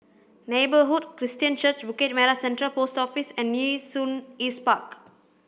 Neighbourhood Christian Church Bukit Merah Central Post Office and Nee Soon East Park